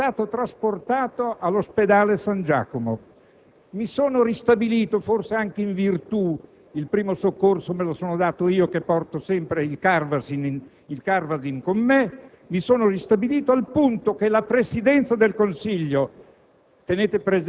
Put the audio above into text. Sono stato poi trasportato all'ospedale San Giacomo. Mi sono ristabilito, forse anche in virtù del primo soccorso che mi sono dato io, che porto sempre il "Carvasin" con me, al punto che la Presidenza del Consiglio